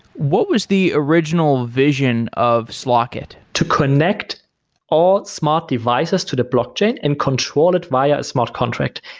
what was the original vision of slock it? to connect all smart devices to the blockchain and control it via a smart contract,